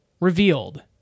revealed